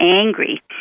angry